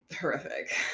horrific